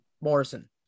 Morrison